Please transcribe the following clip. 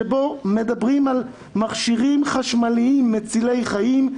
שבו מדברים על מכשירים חשמליים מצילי חיים,